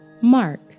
Mark